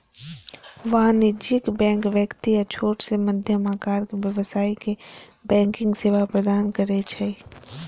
वाणिज्यिक बैंक व्यक्ति आ छोट सं मध्यम आकारक व्यवसायी कें बैंकिंग सेवा प्रदान करै छै